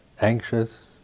anxious